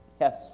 Yes